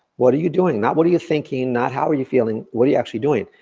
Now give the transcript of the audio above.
what are you doing? not what are you thinking not? how are you feeling? what are you actually doing?